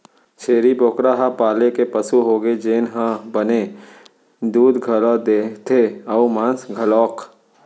छेरी बोकरा ह पाले के पसु होगे जेन ह बने दूद घलौ देथे अउ मांस घलौक